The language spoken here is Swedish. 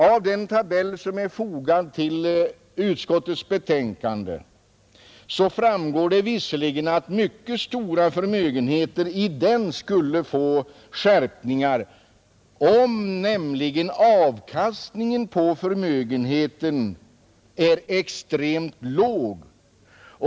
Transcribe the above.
Av den tabell som är fogad till utskottets betänkande framgår visserligen att man för mycket stora förmögenheter skulle få skärpningar, men bara om avkastningen på förmögenheten är extremt låg.